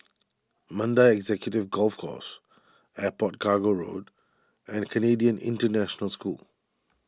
Mandai Executive Golf Course Airport Cargo Road and Canadian International School